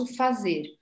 fazer